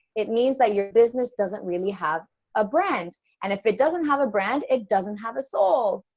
it means that your business doesn't really have a brand and if it doesn't have a brand, it doesn't have a soul.